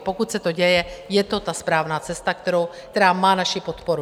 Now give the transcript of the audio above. Pokud se to děje, je to ta správná cesta, která má naši podporu.